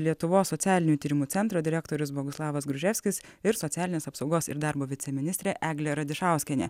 lietuvos socialinių tyrimų centro direktorius boguslavas gruževskis ir socialinės apsaugos ir darbo viceministrė eglė radišauskienė